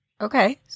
Okay